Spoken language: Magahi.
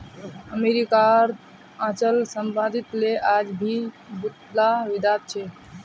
अमरीकात अचल सम्पत्तिक ले आज भी बहुतला विवाद छ